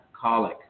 colic